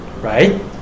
right